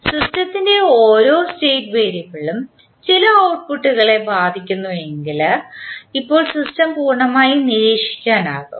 സിസ്റ്റത്തിൻറെ ഓരോ സ്റ്റേറ്റ് വേരിയബിളും ചില ഔട്ട്പുട്ടുകളെ ബാധിക്കുന്നുവെങ്കിൽ ഇപ്പോൾ സിസ്റ്റം പൂർണ്ണമായും നിരീക്ഷിക്കാനാകും